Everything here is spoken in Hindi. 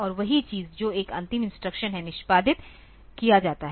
और वही चीज़ जो एक अंतिम इंस्ट्रक्शन है निष्पादित किया जाता है